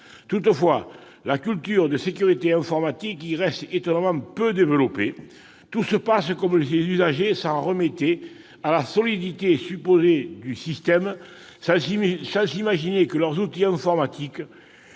Toutefois, la culture de sécurité informatique y reste étonnamment peu développée. Tout se passe comme si les usagers s'en remettaient à la solidité supposée du « système » sans imaginer que leurs outils informatiques